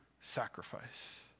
sacrifice